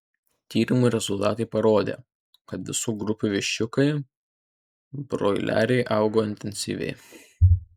tyrimų rezultatai parodė kad visų grupių viščiukai broileriai augo intensyviai